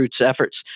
efforts